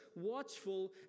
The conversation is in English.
watchful